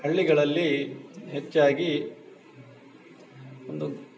ಹಳ್ಳಿಗಳಲ್ಲಿ ಹೆಚ್ಚಾಗಿ ಒಂದು